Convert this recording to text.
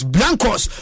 Blancos